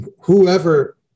whoever